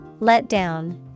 Letdown